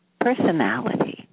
personality